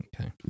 Okay